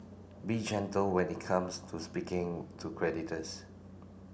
be gentle when it comes to speaking to creditors